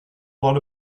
lot